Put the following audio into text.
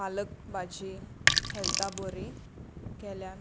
पालक भाजी हेल्था बरी केल्यान